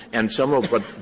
and some of but